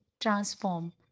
transform